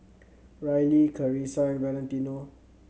Rylee Carisa and Valentino